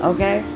Okay